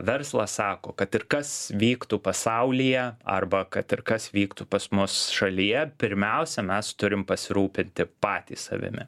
verslas sako kad ir kas vyktų pasaulyje arba kad ir kas vyktų pas mus šalyje pirmiausia mes turim pasirūpinti patys savimi